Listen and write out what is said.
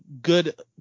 good